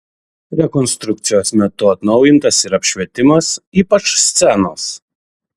rekonstrukcijos metu atnaujintas ir apšvietimas ypač scenos